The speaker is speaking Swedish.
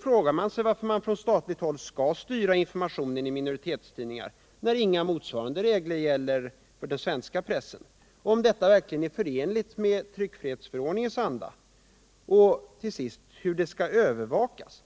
Frågan är då, varför man från statligt håll skall styra informationen i minoritetstidningar, när inga motsvarande regler gäller för den svenskspråkiga pressen, om detta verkligen är förenligt med tryckfrihetsförordningens anda och, till sist, hur detta skall övervakas.